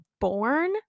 born